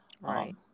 Right